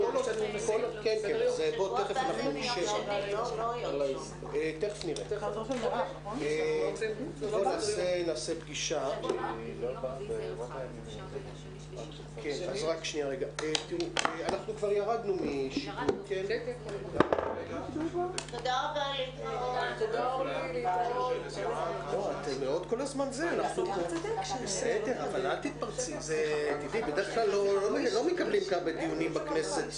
11:40.